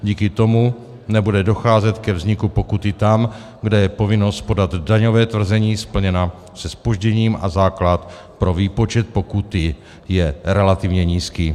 Díky tomu nebude docházet ke vzniku pokuty tam, kde je povinnost podat daňové tvrzení splněna se zpožděním a základ pro výpočet pokuty je relativně nízký.